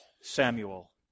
Samuel